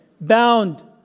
bound